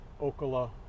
Ocala